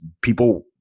people